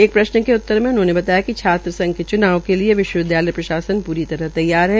एक प्रश्न के उत्तर में उन्होंने कहा कि छात्र संघ के च्नाव के लिए विश्विद्यालय प्रशासन प्री तरह तैयार है